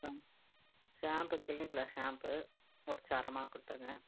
ஆ shampoo Clinic Plus shampoo ஒரு சரமாக கொடுத்துருங்க